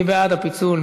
מי בעד הפיצול?